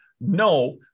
no